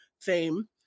fame